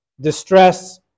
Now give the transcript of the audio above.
distress